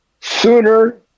sooner